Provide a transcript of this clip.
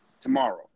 tomorrow